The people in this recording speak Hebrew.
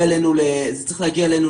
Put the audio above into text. זה צריך להגיע אלינו